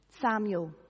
Samuel